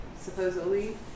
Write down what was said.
supposedly